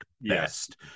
best